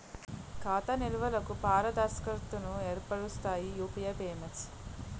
ఖాతా నిల్వలకు పారదర్శకతను ఏర్పరుస్తాయి యూపీఐ పేమెంట్స్